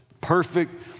perfect